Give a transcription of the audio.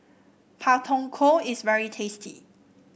Pak Thong Ko is very tasty